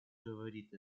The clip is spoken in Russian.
говорит